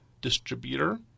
distributor